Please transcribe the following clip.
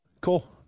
Cool